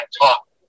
talk